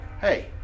hey